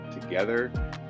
together